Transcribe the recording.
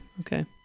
Okay